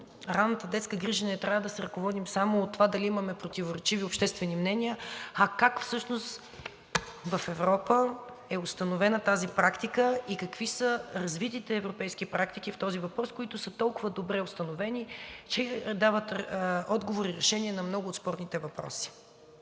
ранната детска грижа, не трябва да се ръководим само от това дали имаме противоречиви обществени мнения, а как всъщност в Европа е установена тази практика и какви са развитите европейски практики по този въпрос, които са толкова добре установени, че дават отговор и решение на много от спорните въпроси.